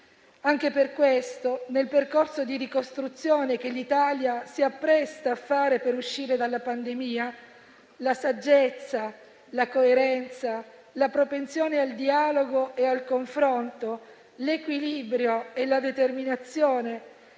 Anche per questo, nel percorso di ricostruzione che l'Italia si appresta a fare per uscire dalla pandemia, la saggezza, la coerenza, la propensione al dialogo e al confronto, l'equilibrio e la determinazione